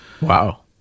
Wow